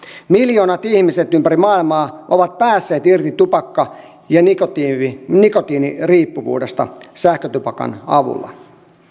miljoonat ihmiset ympäri maailmaa ovat päässeet irti tupakka ja nikotiiniriippuvuudesta sähkötupakan avulla